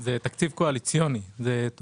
זה תקציב קואליציוני של מפלגת ימינה.